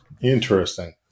Interesting